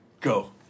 Go